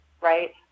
right